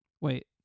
Wait